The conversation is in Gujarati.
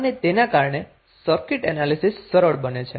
અને તેના કારણે સર્કિટ એનાલીસીસ સરળ બને છે